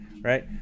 right